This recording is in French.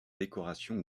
décoration